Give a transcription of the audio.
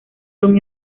son